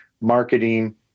marketing